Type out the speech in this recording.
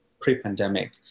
pre-pandemic